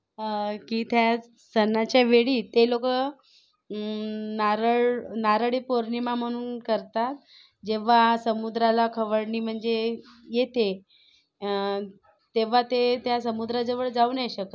की त्या सणाच्या वेळी ते लोकं नारळ नारळी पौर्णिमा म्हणून करतात जेव्हा समुद्राला खवळणी म्हणजे येते तेव्हा ते त्या समुद्राजवळ जाऊ नाही शकत